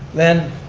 then,